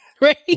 Right